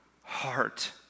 heart